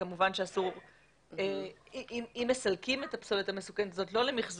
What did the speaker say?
אם מסלקים את הפסולת המסוכנת הזאת לא למיחזור,